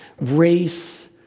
race